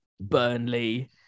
Burnley